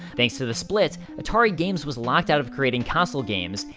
thanks to the split, atari games was locked out of creating console games,